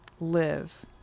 live